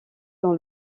dans